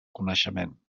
coneixement